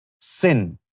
sin